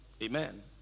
Amen